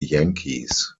yankees